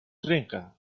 trenca